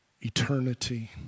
eternity